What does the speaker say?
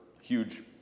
huge